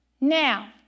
Now